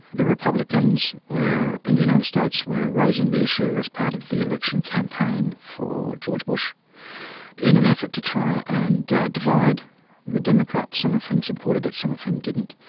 the republicans in the united states were raising the issue as part of the election campaign for george bush in an effort to try and divide the democrats, some of whom supported it, some of whom didn't,